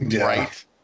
Right